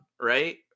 right